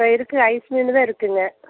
ஆ இருக்கு ஐஸ் மீன் தான் இருக்குங்க